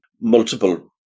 multiple